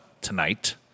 tonight